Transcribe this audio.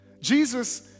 Jesus